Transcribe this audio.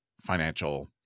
financial